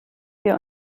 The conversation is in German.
wir